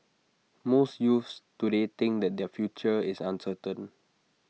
most youths today think that their future is uncertain